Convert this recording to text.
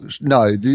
No